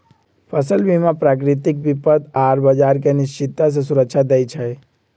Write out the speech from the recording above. फसल बीमा प्राकृतिक विपत आऽ बाजार के अनिश्चितता से सुरक्षा देँइ छइ